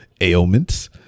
ailments